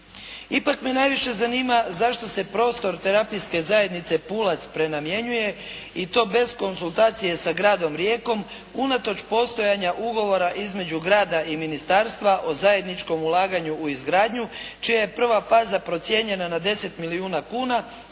Ipak me najviše zanima zašto se prostor terapijske zajednice "Pulac" prenamjenjuje i to bez konzultacije sa gradom Rijekom unatoč postojanja ugovora između grada i ministarstva o zajedničkom ulaganju u izgradnju čija je prva faza procijenjena na 10 milijuna kuna,